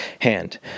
hand